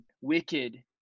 wicked